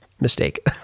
Mistake